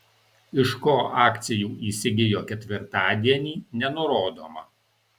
iš ko akcijų įsigijo ketvirtadienį nenurodoma